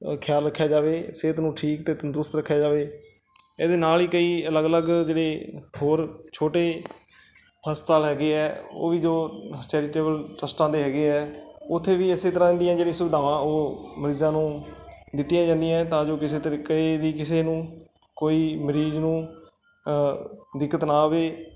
ਖਿਆਲ ਰੱਖਿਆ ਜਾਵੇ ਸਿਹਤ ਨੂੰ ਠੀਕ ਅਤੇ ਤੰਦਰੁਸਤ ਰੱਖਿਆ ਜਾਵੇ ਇਸ ਦੇ ਨਾਲ ਹੀ ਕਈ ਅਲੱਗ ਅਲੱਗ ਜਿਹੜੇ ਹੋਰ ਛੋਟੇ ਹਸਪਤਾਲ ਹੈਗੇ ਹੈ ਉਹ ਵੀ ਜੋ ਚੈਰੀਟੇਬਲ ਟਰੱਸਟਾਂ ਦੇ ਹੈਗੇ ਹੈ ਉੱਥੇ ਵੀ ਇਸੇ ਤਰ੍ਹਾਂ ਦੀਆਂ ਜਿਹੜੀ ਸੁਵਿਧਾਵਾਂ ਉਹ ਮਰੀਜ਼ਾਂ ਨੂੰ ਦਿੱਤੀਆਂ ਜਾਂਦੀਆਂ ਹੈ ਤਾਂ ਜੋ ਕਿਸੇ ਤਰੀਕੇ ਦੀ ਕਿਸੇ ਨੂੰ ਕੋਈ ਮਰੀਜ਼ ਨੂੰ ਦਿੱਕਤ ਨਾ ਆਵੇ